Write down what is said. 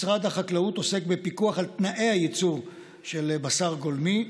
משרד החקלאות עוסק בפיקוח על תנאי הייצור של בשר גולמי,